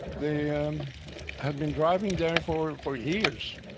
they um had been driving there for for years.